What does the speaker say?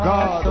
God